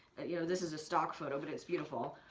you know, this is a stock photo, but it's beautiful,